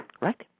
Right